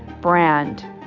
brand